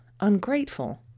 ungrateful